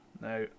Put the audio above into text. Now